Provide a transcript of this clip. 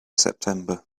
september